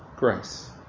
Grace